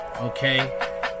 okay